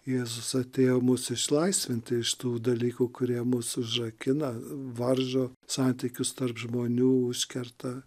jėzus atėjo mus išsilaisvinti iš tų dalykų kurie mus užrakina varžo santykius tarp žmonių užkerta